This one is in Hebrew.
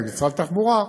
במשרד התחבורה,